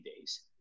days